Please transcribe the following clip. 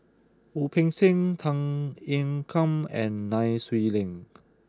Wu Peng Seng Tan Ean Kiam and Nai Swee Leng